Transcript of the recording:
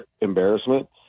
embarrassment –